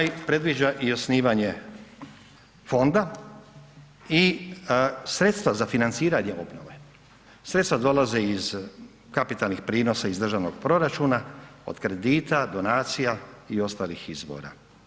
Zakon ovaj predviđa i osnivanje fonda i sredstva za financiranje obnove, sredstva dolaze iz kapitalnih prinosa iz državnog proračuna od kredita, donacija i ostalih izvora.